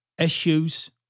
issues